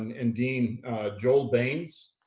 and and dean joel baines.